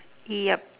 yup